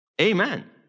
Amen